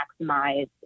maximize